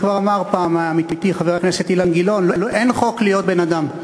כבר אמר פעם עמיתי חבר הכנסת אילן גילאון: אין חוק להיות בן-אדם.